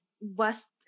west